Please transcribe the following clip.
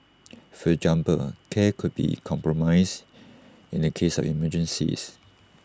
for care could be compromised in the case of emergencies